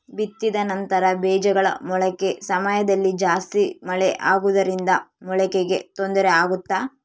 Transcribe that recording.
ಬಿತ್ತಿದ ನಂತರ ಬೇಜಗಳ ಮೊಳಕೆ ಸಮಯದಲ್ಲಿ ಜಾಸ್ತಿ ಮಳೆ ಆಗುವುದರಿಂದ ಮೊಳಕೆಗೆ ತೊಂದರೆ ಆಗುತ್ತಾ?